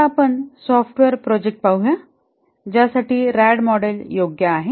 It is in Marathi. आता आपण सॉफ्टवेअर प्रोजेक्ट पाहूया ज्यासाठी रॅड मॉडेल योग्य आहे